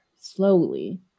slowly